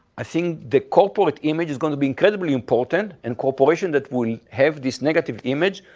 i think the corporate image is going to be incredibly important and cooperation that will have this negative image,